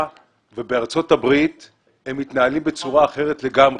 ובארצות הברית והם מתנהלים בצורה אחרת לגמרי.